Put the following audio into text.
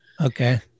Okay